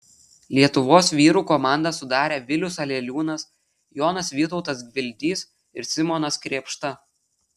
lietuvos vyrų komandą sudarė vilius aleliūnas jonas vytautas gvildys ir simonas krėpšta